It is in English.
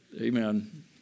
Amen